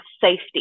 safety